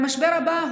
המשבר הבא,